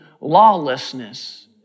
lawlessness